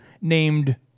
named